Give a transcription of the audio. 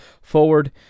forward